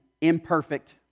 imperfect